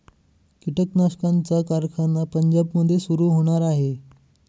कीटकनाशकांचा कारखाना पंजाबमध्ये सुरू होणार आहे